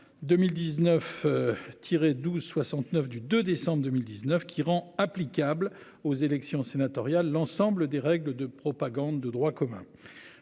Tiré 12 69 du 2 décembre 2019 qui rend applicable aux élections sénatoriales. L'ensemble des règles de propagande de droit commun